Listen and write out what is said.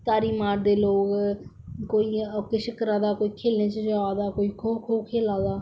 तारी मारदे लोक कोई ओह् किश करा दा कोई खेलने च जारदा कोई खो खो खेल्ला दा